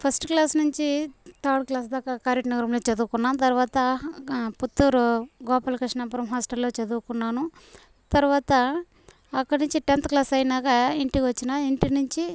first class నించి third class దాకా కరీంనగరంలో చదువుకున్నాం తర్వాత పుత్తూరు గోపాల కృష్ణాపురం హాస్టల్లో చదువుకున్నాను తర్వాత అక్కడి నుంచి టెన్త్ క్లాస్ అయినాక ఇంటికి వచ్చిన ఇంటి నించి